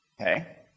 okay